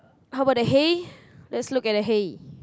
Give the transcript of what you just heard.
how about the hay let's look at the hay